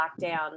lockdown